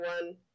one